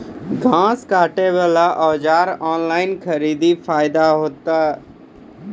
घास काटे बला औजार ऑनलाइन खरीदी फायदा होता?